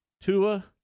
Tua